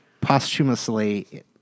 posthumously